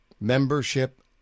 membership